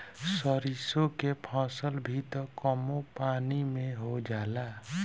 सरिसो के फसल भी त कमो पानी में हो जाला